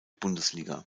bundesliga